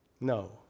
No